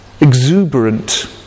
exuberant